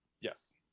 yes